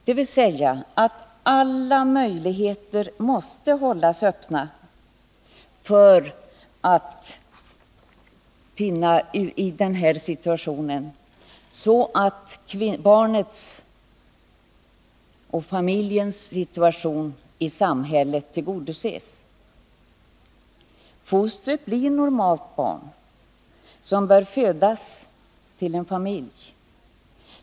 Den skall gå ut på att försöka finna bästa möjliga lösningar för både barnet och familjen.